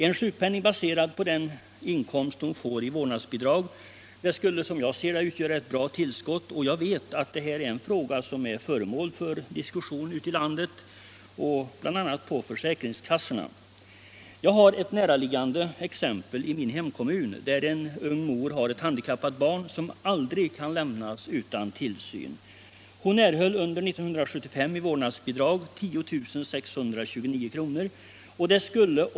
En sjukpenning baserad på den inkomst modern får i vårdnadsbidrag skulle utgöra ett bra tillskott, och jag vet att det här är en fråga som är föremål för diskussion ute i landet, bl.a. på försäkringskassorna. Jag har ett näraliggande exempel i min hemkommun, där en ung mor har ett handikappat barn som aldrig kan lämnas utan tillsyn. Hon erhöll under 1975 i vårdnadsbidrag 10 629 kr.